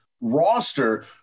roster